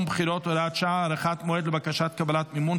בחירות) (הוראת שעה) (הארכת מועד לבקשת קבלת מימון),